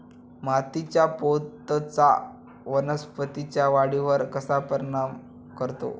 मातीच्या पोतचा वनस्पतींच्या वाढीवर कसा परिणाम करतो?